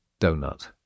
donut